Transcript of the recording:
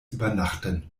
übernachten